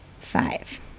five